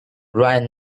ryan